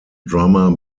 drummer